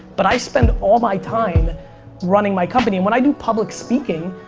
but i spend all my time running my company, and when i do public speaking,